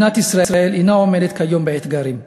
מדינת ישראל אינה עומדת כיום באתגרים.